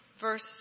verse